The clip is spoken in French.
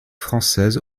française